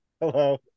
Hello